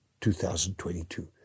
2022